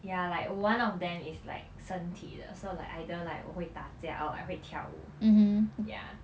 ya like one of them is like 身体的 so like either like 我会打架 or I 会跳舞 ya